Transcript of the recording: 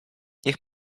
niech